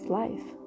life